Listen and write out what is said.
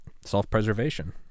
self-preservation